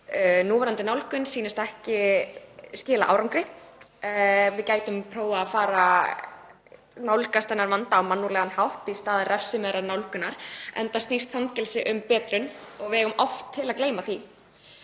núverandi nálgun virðist ekki skila árangri. Við gætum prófað að fara nálgast þennan vanda á mannúðlegan hátt í stað refsiverðrar nálgunar, enda snýst fangelsi um betrun og við eigum það til að gleyma því.